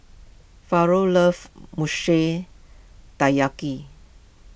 Faron loves Mochi Taiyaki